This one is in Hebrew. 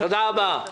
תודה רבה.